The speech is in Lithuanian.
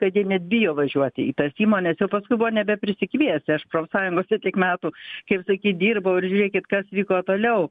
kad jie net bijo važiuoti į tas įmones jau paskui buvo nebeprisikviesi aš profsąjungose tiek metų kaip sakyt dirbau ir žiūrėkit kas vyko toliau